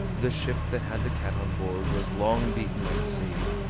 the ship that had the cat on board was long beaten at sea,